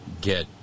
get